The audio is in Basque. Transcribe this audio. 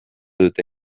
dute